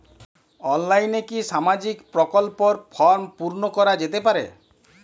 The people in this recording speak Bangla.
অনলাইনে কি সামাজিক প্রকল্পর ফর্ম পূর্ন করা যেতে পারে?